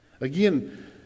Again